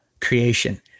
creation